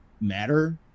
matter